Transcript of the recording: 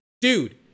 dude